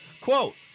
Quote